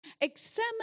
Examine